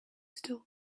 still